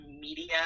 media